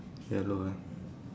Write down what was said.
yellow ah